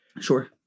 Sure